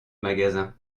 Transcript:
magasin